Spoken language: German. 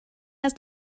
ist